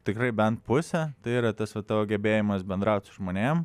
tikrai bent pusę tai yra tas vat tavo gebėjimas bendraut su žmonėm